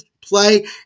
play